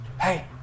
Hey